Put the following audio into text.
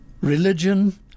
religion